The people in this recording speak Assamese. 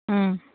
ও